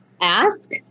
Ask